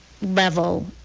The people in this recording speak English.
Level